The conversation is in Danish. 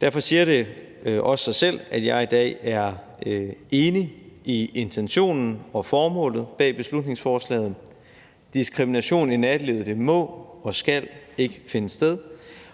Derfor siger det også sig selv, at jeg i dag er enig i intentionen og formålet med beslutningsforslaget. Diskrimination i nattelivet må og skal ikke finde sted,